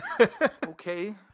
Okay